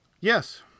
Yes